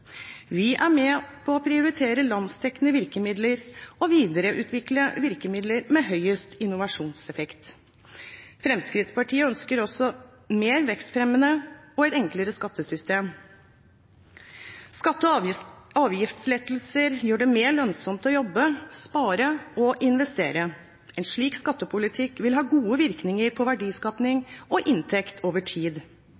Vi er med på å prioritere landsdekkende virkemidler og videreutvikle virkemidler med høyest innovasjonseffekt. Fremskrittspartiet ønsker også et mer vekstfremmende og enklere skattesystem. Skatte- og avgiftslettelser gjør det mer lønnsomt å jobbe, spare og investere. En slik skattepolitikk vil ha gode virkninger på verdiskaping og inntekt over tid.